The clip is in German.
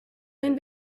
den